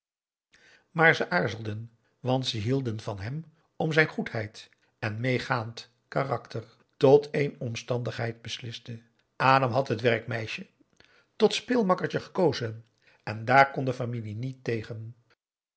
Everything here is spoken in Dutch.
maar ze aarzelden want ze hielden van hem om zijn goedheid en meegaand karakter tot één omstandigheid besliste adam had het werkmeisje tot speelmakkertje gekozen en daar kon de familie niet tegen